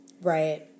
Right